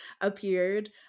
appeared